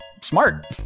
smart